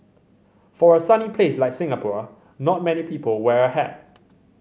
for a sunny place like Singapore not many people wear a hat